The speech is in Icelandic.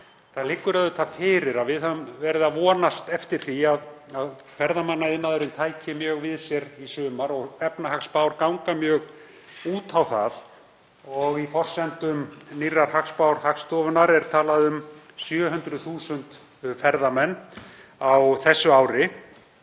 Það liggur líka fyrir að við vorum að vonast eftir því að ferðamannaiðnaðurinn tæki mjög við sér í sumar og efnahagsspár ganga mjög út á það. Í forsendum nýrrar hagspár Hagstofunnar er talað um 700.000 ferðamenn á þessu ári.